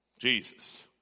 Jesus